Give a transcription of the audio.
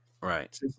Right